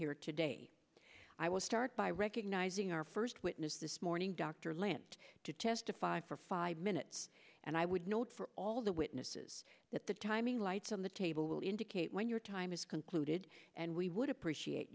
here today i will start by recognizing our first witness this morning dr lent to testify for five minutes and i would note for all of the witnesses that the timing lights on the table will indicate when your time is concluded and we would appreciate